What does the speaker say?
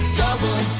double